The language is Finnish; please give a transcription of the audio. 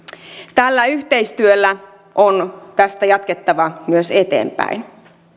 tällä yhteistyöllä on tästä jatkettava myös eteenpäin